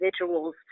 individuals